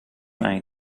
mij